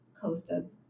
Costas